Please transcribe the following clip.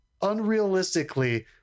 unrealistically